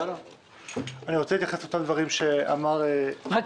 אני רוצה להתייחס לפרסום שפורסם ביחס